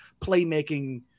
playmaking